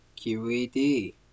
QED